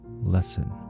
lesson